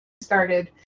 started